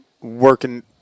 working